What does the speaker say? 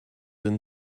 and